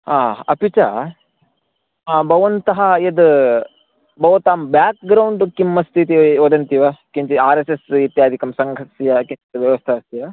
हा अपि च भवन्तः यद् भवतां ब्याक् ग्रौण्ड् किम् अस्ति इति वदन्ति वा किञ्चित् आर् एस् एस् इत्यादिकं सङ्घस्य किञ्चित् व्यवस्था अस्ति वा